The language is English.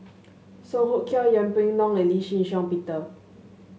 Song Hoot Kiam Yeng Pway Ngon and Lee Shih Shiong Peter